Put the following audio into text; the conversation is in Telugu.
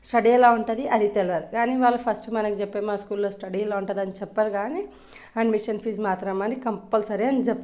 స్టడీ ఎలా ఉంటుంది అది తెలవదు కానీ వాళ్ళు ఫస్ట్ మనకి చెప్పేది మాత్రం స్కూల్ లో స్టడీ ఇలా ఉంటుంది అని చెప్పరు కానీ అడ్మిషన్ ఫీజు మాత్రం మాది కంపల్సరీ అని చెప్తారు